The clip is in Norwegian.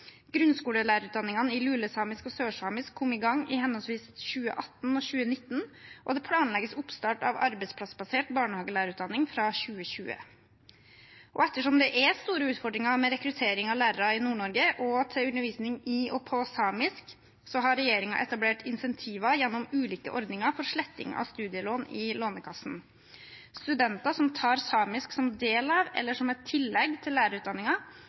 Grunnskolelærerutdanningene i lulesamisk og sørsamisk kom i gang i henholdsvis 2018 og 2019, og det planlegges oppstart av arbeidsplassbasert barnehagelærerutdanning fra 2020. Og ettersom det er store utfordringer med rekruttering av lærere i Nord-Norge og til undervisning i og på samisk, har regjeringen etablert insentiver gjennom ulike ordninger for sletting av studielån i Lånekassen. Studenter som tar samisk som del av eller som et tillegg til